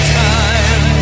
time